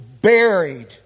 buried